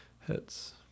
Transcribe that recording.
hits